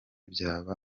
byaba